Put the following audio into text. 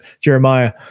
Jeremiah